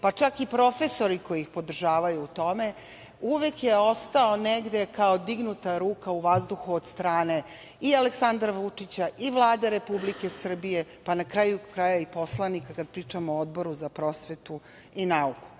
pa čak i profesori koji ih podržavaju u tome, uvek je ostao negde kao dignuta ruka u vazduhu od strane i Aleksandra Vučića i Vlade Republike Srbije, pa na kraju krajeva, i poslanika, kada pričamo o Odboru za prosvetu i nauku.